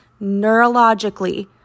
neurologically